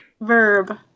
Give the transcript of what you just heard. verb